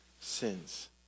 sins